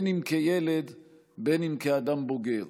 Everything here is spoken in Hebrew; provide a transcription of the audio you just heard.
אם כילד ואם כאדם בוגר,